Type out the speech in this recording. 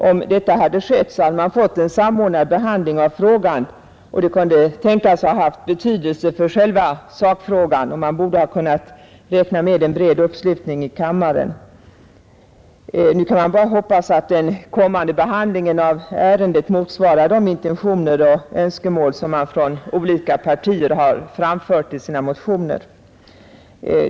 Om detta hade skett hade vi fått en samordnad behandling av ärendet, vilket kunde tänkas ha betydelse för själva sakfrågan; vi borde då ha kunnat räkna med en bred uppslutning här i kammaren. Nu kan man bara hoppas att den kommande behandlingen av ärendet motsvarar de intentioner och önskemål som företrädare för olika partier har framfört i sina motioner.